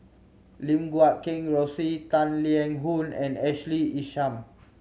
Lim Guat Kheng Rosie Tang Liang Hong and Ashley Isham